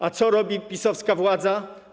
A co robi PiS-owska władza?